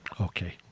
Okay